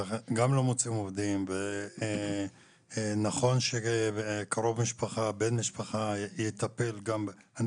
גם לא מוצאים עובדים ונכון שקרוב משפחה או בן משפחה יטפל גם בהם.